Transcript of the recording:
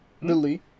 Lily